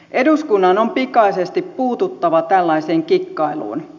eduskunnan on pikaisesti puututtava tällaiseen kikkailuun